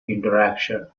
interaction